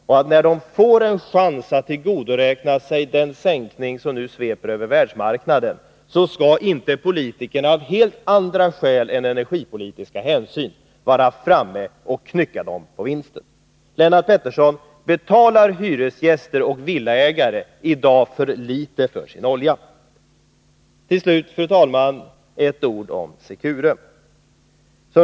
När de väl får en chans att tillgodoräkna sig effekterna av den prissänkning som nu sveper över världsmarknaden, skall inte politikerna av helt andra skäl än de energipolitiska vara framme och bedra dem på vinsten. Min fråga till Lennart Pettersson lyder således: Betalar hyresgäster och villaägare i dag för litet för sin olja? Till slut, fru talman, några ord om Secure.